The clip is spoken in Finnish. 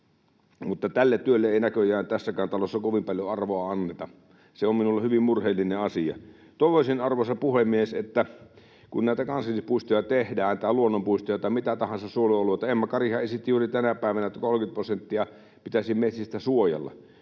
Mutta tälle työlle ei näköjään tässäkään talossa kovin paljon arvoa anneta. Se on minulle hyvin murheellinen asia. Toivoisin, arvoisa puhemies, että kun näitä kansallispuistoja tai luonnonpuistoja tai mitä tahansa suojelualueita tehdään... Emma Karihan esitti juuri tänä päivänä, että 30 prosenttia pitäisi metsistä suojella.